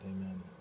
Amen